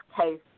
case